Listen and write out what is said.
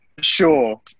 Sure